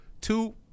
two